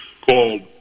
called